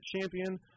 champion